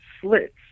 slits